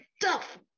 tough